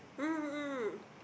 mm mm